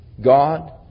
God